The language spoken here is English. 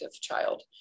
child